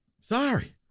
Sorry